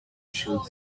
should